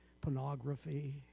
pornography